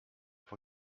for